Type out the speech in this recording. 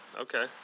Okay